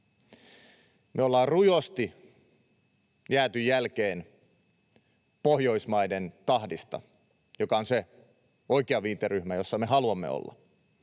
Me ollaan rujosti jääty jälkeen Pohjoismaiden tahdista, jotka ovat se oikea viiteryhmä, jossa me haluamme olla.